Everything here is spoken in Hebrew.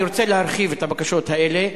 אני רוצה להרחיב את הבקשות האלה: